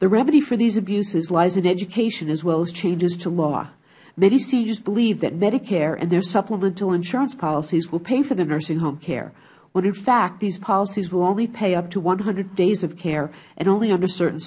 the remedy for these abuses lies in education as well as changes to law many seniors believe that medicare and their supplemental insurance policy will pay for the nursing home care when in fact these policies will only pay up to one hundred days of care and only under certain